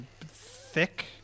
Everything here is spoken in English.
thick